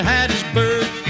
Hattiesburg